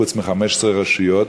חוץ מ-15 רשויות,